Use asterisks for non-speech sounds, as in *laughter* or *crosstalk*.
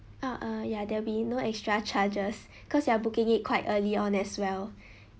ah uh ya there'll be no extra charges *breath* cause you are booking it quite early on as well *breath*